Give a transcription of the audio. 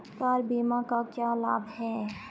Car बीमा का क्या लाभ है?